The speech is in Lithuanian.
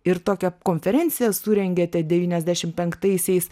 ir tokią konferenciją surengėte devyniasdešim penktaisiais